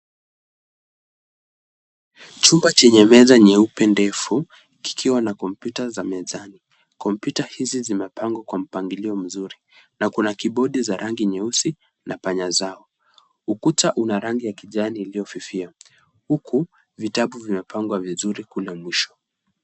Chumba chenye meza nyeupe ndefu kikiwa na kompyuta za mezani. Kompyuta hizi zimepangwa kwa mpangilio mzuri na kuna kibodi za rangi nyeusi na panya zao. Ukuta una rangi ya kijani iliyofifia huku vitabu vimepangwa vizuri kule mwisho.